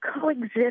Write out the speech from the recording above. coexist